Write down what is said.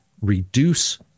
reduce